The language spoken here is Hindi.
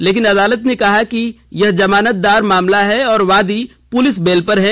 लेकिन अदालत ने कहा कि यह जमानतदार मामला है और वादी पुलिस बेल पर हैं